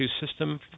system